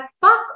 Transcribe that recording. fuck